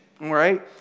right